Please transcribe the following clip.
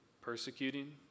persecuting